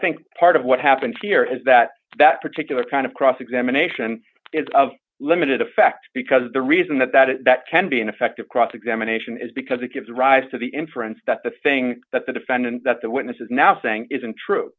think part of what happened here is that that particular kind of cross examination is of limited effect because the reason that that is that can be an effective cross examination is because it gives rise to the inference that the thing that the defendant that the witness is now saying isn't true